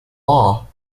law